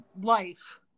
life